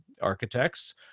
architects